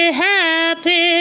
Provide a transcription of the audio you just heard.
happy